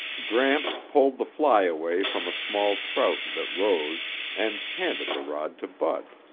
gramps pulled the fly away from a small trout that rose and handed the rod to bud.